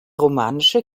romanische